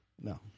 No